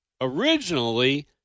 Originally